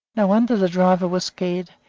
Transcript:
no wonder the driver was scared,